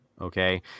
okay